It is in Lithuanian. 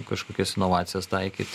kažkokias inovacijas taikyt